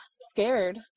scared